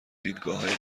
دیدگاههای